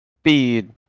speed